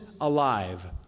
alive